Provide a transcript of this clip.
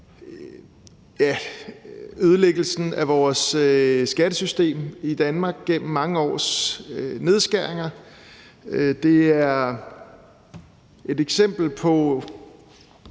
ødelæggelsen af vores skattesystem i Danmark gennem mange års nedskæringer. Det er et eksempel på